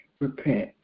repent